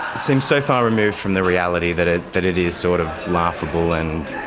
seems so far removed from the reality that it that it is sort of laughable and